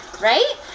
right